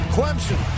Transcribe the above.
Clemson